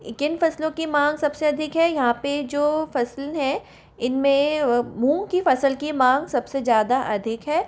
किन फसलों की मांग सबसे अधिक है यहाँ पे जो फसल है इनमें मूंग की फसल की मांग सबसे ज़्यादा अधिक है